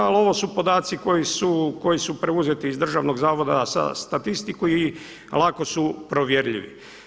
Ali ovo su podaci koji su preuzeti iz Državnog zavoda za statistiku i lako su provjerljivi.